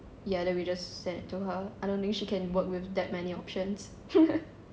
ya then we just send to her I don't think she can work with that many options